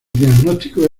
diagnóstico